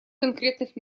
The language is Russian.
конкретных